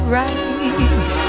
right